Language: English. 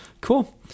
Cool